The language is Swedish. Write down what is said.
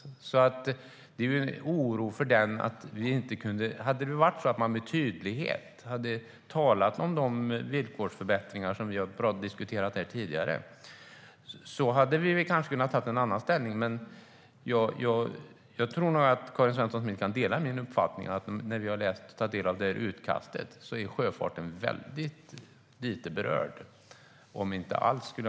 Om man med tydlighet hade talat om de villkorsförbättringar som vi diskuterade tidigare hade vi kanske kunnat inta en annan hållning. Jag tror nog att Karin Svensson Smith kan dela min uppfattning att man när man tar del av utkastet ser att sjöfarten är väldigt lite berörd, om ens alls.